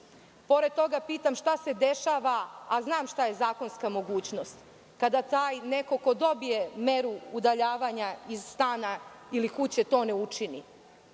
zlo. Pored toga pitam - šta se dešava, a znam šta je zakonska mogućnost, kada taj neko ko dobije meru udaljavanja iz stana ili kuće to ne učini?